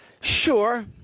Sure